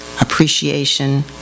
appreciation